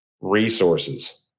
resources